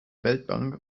weltbank